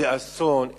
זה אסון,